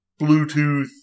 Bluetooth